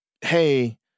hey